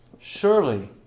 Surely